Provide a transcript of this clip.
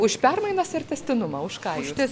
už permainas ar tęstinumą už ką jūs